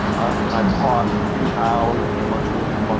and i taught hugh howey you a bunch of other people